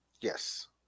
Yes